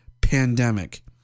pandemic